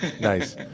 nice